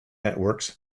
networks